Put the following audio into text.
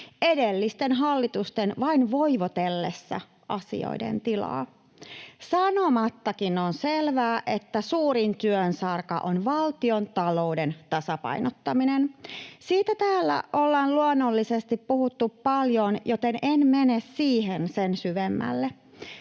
edellisten vain voivotellessa asioiden tilaa. Sanomattakin on selvää, että suurin työsarka on valtiontalouden tasapainottaminen. Siitä täällä on luonnollisesti puhuttu paljon, joten en mene siihen sen syvemmälle.